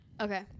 Okay